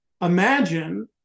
imagine